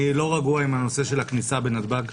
אני לא רגוע בנושא הכניסה לנתב"ג.